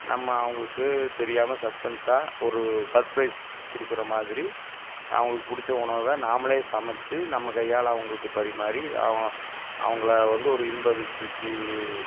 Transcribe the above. நம்ம அவங்குளுக்கு தெரியாமல் சஸ்பென்ஸாக ஒரு சர்ப்ரைஸ் கொடுக்குற மாதிரி அவங்குளுக்கு பிடிச்ச உணவை நாமளே சமைச்சி நம்ம கையால் அவங்குளுக்கு பரிமாறி அவங்க அவங்கள வந்து ஒரு இன்ப அதிர்ச்சிக்கு